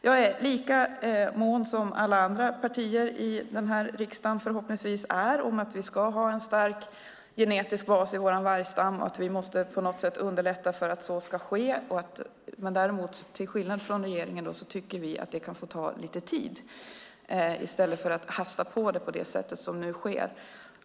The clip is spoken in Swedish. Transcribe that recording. Jag är lika mån som alla i de andra partierna i denna riksdag förhoppningsvis är om att vi ska ha en stark genetisk bas i vår vargstam och att vi på något sätt måste underlätta för att så ska ske. Men till skillnad från regeringen tycker vi att det kan få ta lite tid i stället för att man hastar på det på det sätt som nu sker.